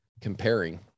comparing